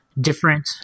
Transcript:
different